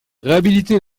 réhabiliter